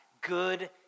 good